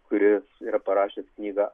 kuris yra parašęs knygą